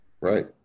Right